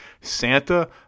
Santa